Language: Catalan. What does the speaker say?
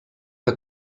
que